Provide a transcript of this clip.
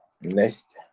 next